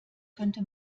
könnte